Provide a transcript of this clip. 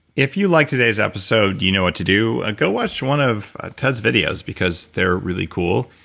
if you liked today's episode, you know what to do. go watch one of ted's videos because they're really cool.